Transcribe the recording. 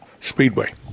Speedway